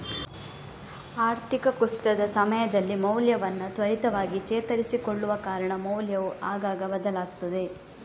ಆರ್ಥಿಕ ಕುಸಿತದ ಸಮಯದಲ್ಲಿ ಮೌಲ್ಯವನ್ನ ತ್ವರಿತವಾಗಿ ಚೇತರಿಸಿಕೊಳ್ಳುವ ಕಾರಣ ಮೌಲ್ಯವು ಆಗಾಗ ಬದಲಾಗ್ತದೆ